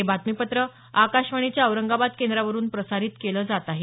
हे बातमीपत्र आकाशवाणीच्या औरंगाबाद केंद्रावरून प्रसारित केलं जात आहे